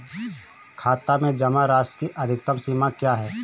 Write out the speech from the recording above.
खाते में जमा राशि की अधिकतम सीमा क्या है?